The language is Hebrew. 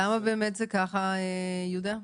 למה זה ככה, יהודה?